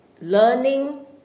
Learning